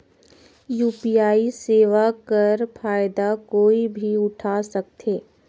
UPI सेवा कर फायदा कोई भी उठा सकथे?